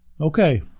Okay